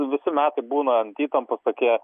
visi metai būna ant įtampos tokie